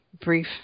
brief